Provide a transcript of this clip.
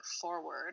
forward